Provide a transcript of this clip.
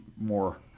more